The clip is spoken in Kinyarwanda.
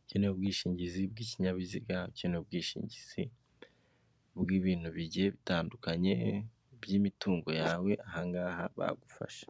iki ni ubwishingizi bw'ikinyabiziga, iki n'ubwishingizi bw'ibintu bigiye bitandukanye by'imitungo yawe ahangaha bagufasha.